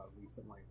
recently